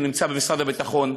ונמצא במשרד הביטחון,